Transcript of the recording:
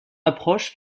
approche